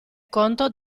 conto